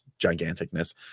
giganticness